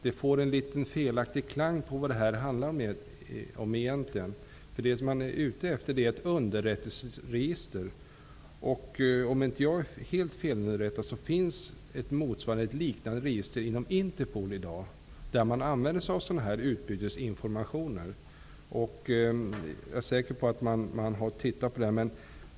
Det ger en litet felaktig klang när det gäller det egentliga innehållet. Vad man är ute efter är ju ett underrättelseregister. Om jag inte är helt felunderrättad finns det i dag ett liknande register inom Interpol för utbyte av information. Jag är säker på att man har tittat på det.